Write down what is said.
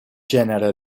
gènere